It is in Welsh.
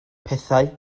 pethau